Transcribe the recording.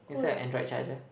is that a android charger